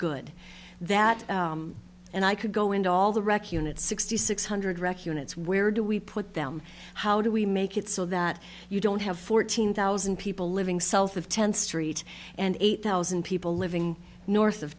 good that and i could go into all the wreck units sixty six hundred wreck units where do we put them how do we make it so that you don't have fourteen thousand people living south of ten st and eight thousand people living north of